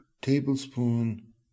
tablespoon